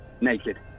Naked